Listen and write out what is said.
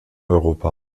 europa